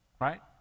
Right